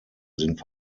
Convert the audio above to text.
sind